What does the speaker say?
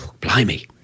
Blimey